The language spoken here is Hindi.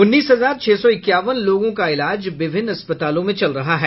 उन्नीस हजार छह सौ इक्यावन लोगों का इलाज विभिन्न अस्पतालों में चल रहा है